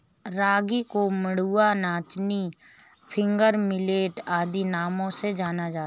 रागी को मंडुआ नाचनी फिंगर मिलेट आदि नामों से जाना जाता है